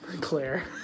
Claire